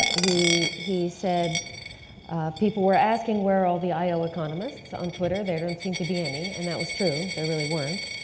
he he said people were asking where are all the io economists on twitter, there don't seem to be any, and that was true, there really weren't.